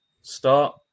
start